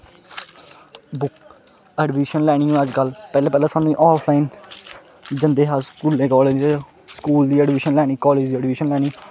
admission लैनी होऐ अज्जकल पैह्लें सानूं आफलाइन जंदे हे अस स्कूलें कालजें स्कूल दी अडमिशन लेनी कालेज दी अडमिशन लैनी